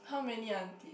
how many auntie